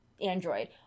Android